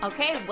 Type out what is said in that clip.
Okay